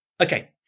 Okay